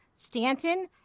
Stanton